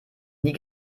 nie